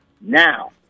Now